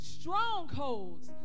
strongholds